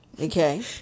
okay